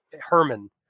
Herman